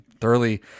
thoroughly